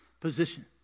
Position